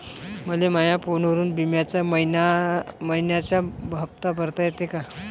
मले माया फोनवरून बिम्याचा मइन्याचा हप्ता भरता येते का?